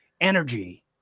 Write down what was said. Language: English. energy